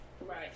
Right